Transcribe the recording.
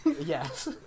Yes